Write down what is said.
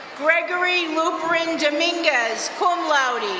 gregory luproin dominguez, cum laude.